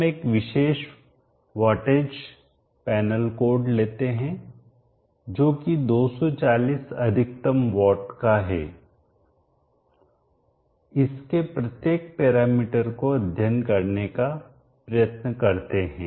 हम एक विशेष वाटेज पेनल कोड लेते हैं जो कि 240 अधिकतम वाट का है और इसके प्रत्येक पैरामीटर को अध्ययन करने का प्रयत्न करते हैं